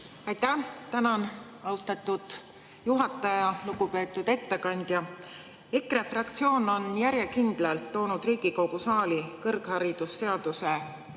… Tänan, austatud juhataja! Lugupeetud ettekandja! EKRE fraktsioon on järjekindlalt toonud Riigikogu saali kõrgharidusseaduse